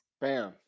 Bam